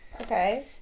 Okay